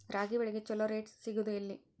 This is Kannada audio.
ರಾಗಿ ಬೆಳೆಗೆ ಛಲೋ ರೇಟ್ ಸಿಗುದ ಎಲ್ಲಿ?